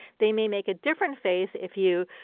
they may make a different face if you,